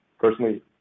personally